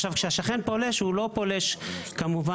כמובן שהשכן שפולש לא פולש במקרה,